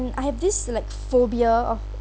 I have this like phobia of